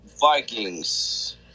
Vikings